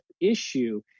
issue